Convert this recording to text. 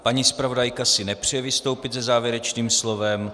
Paní zpravodajka si nepřeje vystoupit se závěrečným slovem.